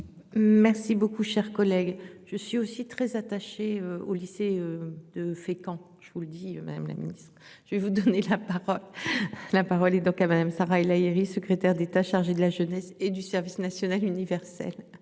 Merci beaucoup. Chers collègues, je suis aussi très attachée au lycée de Fécamp. Je vous le dis madame la ministre, je vais vous donner la parole. La parole est donc à Madame Sarah El Haïry, secrétaire d'État chargée de la jeunesse et du service national universel.